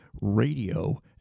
radio